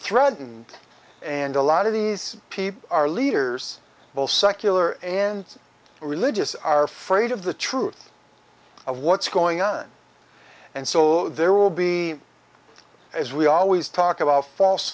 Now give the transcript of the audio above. threatened and a lot of these people are leaders all secular and religious are afraid of the truth of what's going on and so there will be as we always talk about false